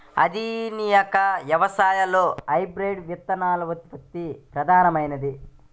ఆధునిక వ్యవసాయంలో హైబ్రిడ్ విత్తనోత్పత్తి ప్రధానమైనది